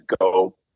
go